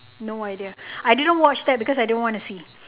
no idea I didn't watch that because I didn't want to see